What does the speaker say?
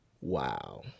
Wow